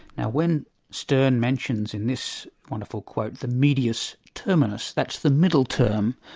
now when sterne mentions in this wonderful quote, the medius terminus, that's the middle-term,